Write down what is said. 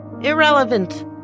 Irrelevant